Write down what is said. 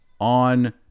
on